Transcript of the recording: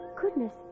Goodness